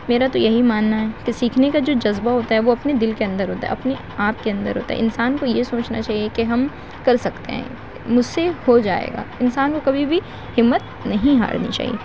میرا تو یہی ماننا ہے کہ سیکھنے کا جو جذبہ ہوتا ہے وہ اپنے دل کے اندر ہوتا ہے اپنے آپ کے اندر ہوتا ہے انسان کو یہ سوچنا چاہیے کہ ہم کر سکتے ہیں مجھ سے یہ ہو جائے گا انسان کو کبھی بھی ہمت نہیں ہارنی چاہیے